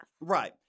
Right